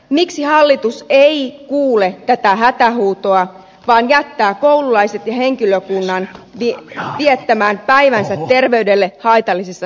miksi hallitus ei kuule tätä hätähuutoa vaan jättää koululaiset ja henkilökunnan viettämään päivänsä terveydelle haitallisissa tiloissa